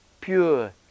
pure